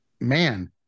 Man